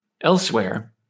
Elsewhere